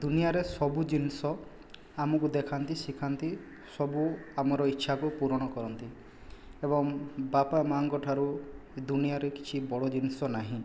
ଦୁନିଆରେ ସବୁ ଜିନିଷ ଆମକୁ ଦେଖାନ୍ତି ଶିଖାନ୍ତି ସବୁ ଆମର ଇଚ୍ଛାକୁ ପୁରଣ କରନ୍ତି ଏବଂ ବାପା ମାଆଙ୍କଠାରୁ ଏ ଦୁନିଆରେ କିଛି ବଡ଼ ଜିନିଷ ନାହିଁ